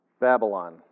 Babylon